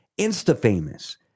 Insta-famous